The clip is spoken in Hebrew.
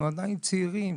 אנחנו עדיין צעירים.